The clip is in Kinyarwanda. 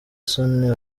isoni